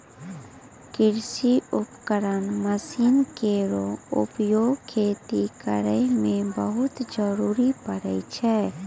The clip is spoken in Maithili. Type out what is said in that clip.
कृषि उपकरण मसीन केरो उपयोग खेती करै मे बहुत जरूरी परै छै